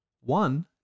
one